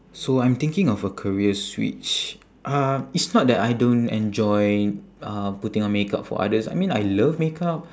so I'm thinking of a career switch uh it's not that I don't enjoy uh putting on makeup for others I mean I love makeup